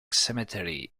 cemetery